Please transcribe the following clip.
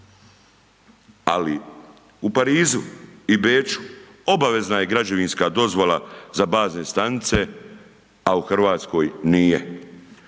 Ali u Parizu i Beču, obavezna je građevinska dozvola za bazne stanice, a u Hrvatskoj nije.